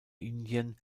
indian